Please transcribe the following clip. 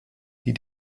die